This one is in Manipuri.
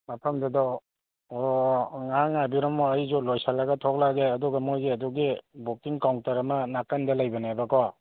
ꯃꯐꯝꯗꯨꯗ ꯑꯣ ꯉꯍꯥꯛ ꯉꯥꯏꯕꯤꯔꯝꯃꯣ ꯑꯩꯁꯨ ꯂꯣꯏꯁꯜꯂꯒ ꯊꯣꯂꯛꯑꯒꯦ ꯑꯗꯨꯒ ꯃꯣꯏꯒꯤ ꯑꯗꯨꯒꯤ ꯕꯨꯛꯀꯤꯡ ꯀꯥꯎꯟꯇꯔ ꯑꯃ ꯅꯥꯀꯟꯗ ꯂꯩꯕꯅꯦꯕꯀꯣ